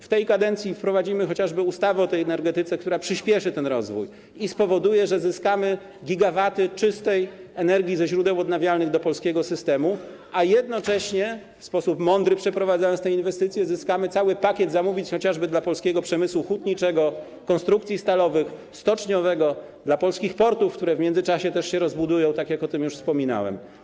W tej kadencji wprowadzimy chociażby ustawę o energetyce, która przyspieszy rozwój i spowoduje, że zyskamy gigawaty czystej energii ze źródeł odnawialnych do polskiego systemu, a jednocześnie, w sposób mądry przeprowadzając tę inwestycję, zyskamy cały pakiet zamówień chociażby dla polskiego przemysłu hutniczego, konstrukcji stalowych, stoczniowego, polskich portów, które w międzyczasie też się rozbudują, jak wspominałem.